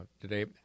today